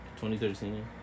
2013